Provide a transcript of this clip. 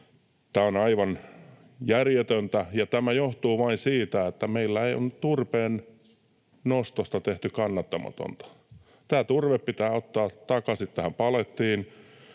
Tämä on aivan järjetöntä, ja tämä johtuu vain siitä, että meillä on turpeennostosta tehty kannattamatonta. Turve pitää ottaa takaisin tähän palettiin,